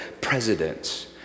presidents